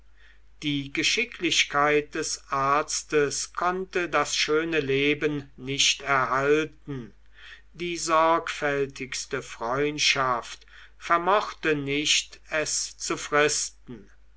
die geschicklichkeit des arztes konnte das schöne leben nicht erhalten die sorgfältigste freundschaft vermochte nicht es zu fristen